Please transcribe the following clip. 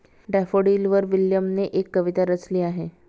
डॅफोडिलवर विल्यमने एक कविता रचली आहे